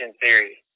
theory